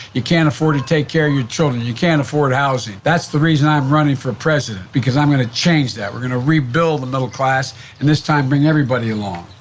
you can't afford to take care of children, you can't afford housing. that's the reason i'm running for president, because i'm gonna change that. we're gonna rebuild the middle class and this time, bring everybody along.